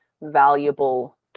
valuable